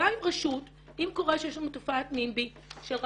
גם אם קורה שיש לנו תופעת נימבי של רשות,